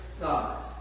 God